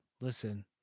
listen